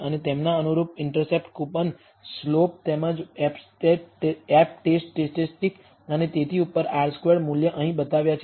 અને તેમના અનુરૂપ ઇન્ટરસેપ્ટ કૂપન સ્લોપ તેમજ F ટેસ્ટ સ્ટેટિસ્ટિક અને તેથી ઉપર r સ્ક્વેર્ડ મૂલ્ય અહીં બતાવ્યા છે